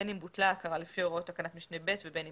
בין אם בוטלה ההכרה לפי הוראות תקנת משנה (ב) ובין את